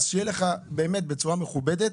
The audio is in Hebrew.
אז שיהיה לך באמת בצורה מכובדת.